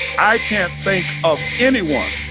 i can't think of anyone